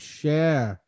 share